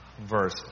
verse